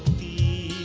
the